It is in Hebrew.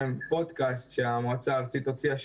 ברודקאסט שהמועצה הארצית הוציאה,